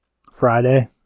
Friday